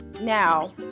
Now